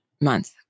month